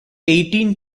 eighteen